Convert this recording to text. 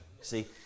See